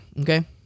okay